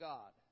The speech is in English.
God